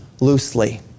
loosely